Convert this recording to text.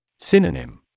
Synonym